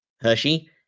Hershey